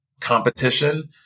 competition